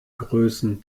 größen